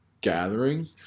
gathering